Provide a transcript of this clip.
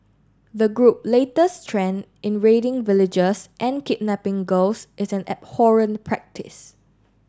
the group latest trend in raiding villages and kidnapping girls is an abhorrent practice